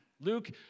Luke